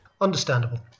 Understandable